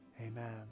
Amen